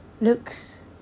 looks